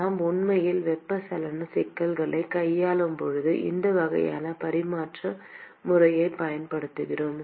நாம் உண்மையில் வெப்பச்சலனச் சிக்கல்களைக் கையாளும் போது இந்த வகையான பரிமாணமற்ற முறையைப் பயன்படுத்துவோம்